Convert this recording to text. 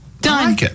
Done